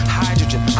hydrogen